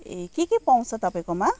ए के के पाउँछ तपाईँकोमा